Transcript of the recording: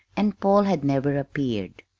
and paul had never appeared.